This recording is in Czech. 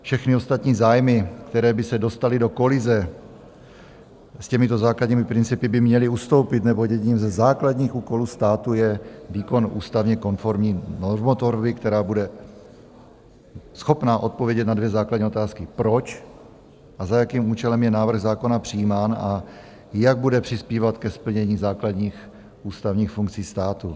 Všechny ostatní zájmy, které by se dostaly do kolize s těmito základními principy, by měly ustoupit, neboť jedním ze základních úkolů státu je výkon ústavně konformní normotvorby, která bude schopna odpovědět na dvě základní otázky: Proč a za jakým účelem je návrh zákona přijímán a jak bude přispívat ke splnění základních ústavních funkcí státu?